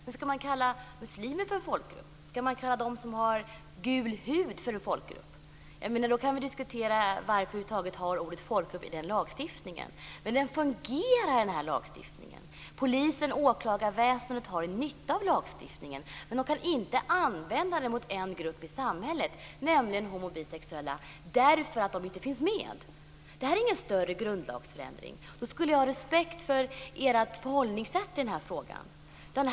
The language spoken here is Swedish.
Men skall man kalla muslimer för folkgrupp? Skall man kalla dem som har gul hud för en folkgrupp? Då kan vi diskutera varför vi över huvud taget har ordet folkgrupp i den lagstiftningen. Men denna lagstiftning fungerar. Polisen och åklagarväsendet har nytta av lagstiftningen. Men de kan inte använda den mot en grupp i samhället, nämligen homo och bisexuella, därför att denna grupp inte finns med. Detta är ingen större grundlagsförändring. Då skulle jag ha respekt för ert förhållningssätt i denna fråga.